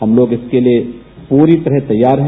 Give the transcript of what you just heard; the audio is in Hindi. हम लोग इसके लिये पूरी तरह तैयार है